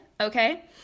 Okay